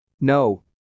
no